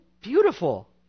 beautiful